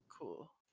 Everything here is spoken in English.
cool